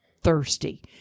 thirsty